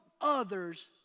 others